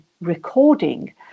recording